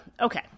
okay